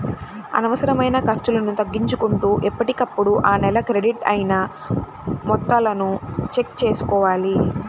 అనవసరమైన ఖర్చులను తగ్గించుకుంటూ ఎప్పటికప్పుడు ఆ నెల క్రెడిట్ అయిన మొత్తాలను చెక్ చేసుకోవాలి